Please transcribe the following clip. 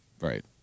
Right